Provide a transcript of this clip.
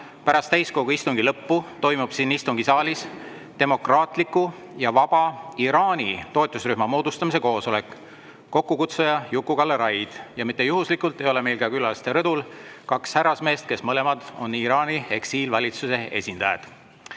pärast täiskogu istungi lõppu toimub siin istungisaalis demokraatliku ja vaba Iraani toetusrühma moodustamise koosolek. Kokkukutsuja on Juku-Kalle Raid. Ja mitte juhuslikult ei ole meil külaliste rõdul kaks härrasmeest, kes mõlemad on Iraani eksiilvalitsuse esindajad.